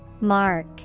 Mark